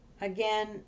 Again